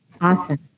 Awesome